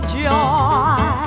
joy